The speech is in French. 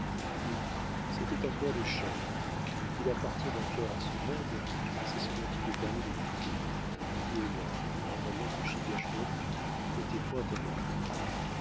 oui c'était un corps de chair mais qu'il appartienne encore à ce monde c'est ce dont il est permis de douter répondit heyward en voyant que chingachgook n'était point avec eux